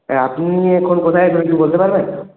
আপনি এখন কোথায় আছেন একটু বলতে পারবেন